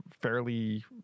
fairly